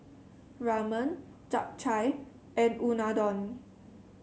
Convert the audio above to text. Ramen Japchae and Unadon